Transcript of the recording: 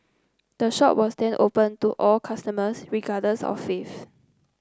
the shop was then opened to all customers regardless of faith